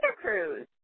Cruise